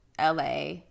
LA